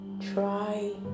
try